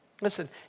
listen